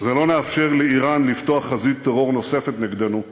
ולא נאפשר לאיראן לפתוח חזית טרור נוספת נגדנו בגולן.